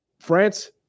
France